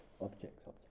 objects